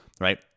right